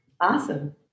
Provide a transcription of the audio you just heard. Awesome